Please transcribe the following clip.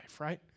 right